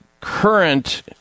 current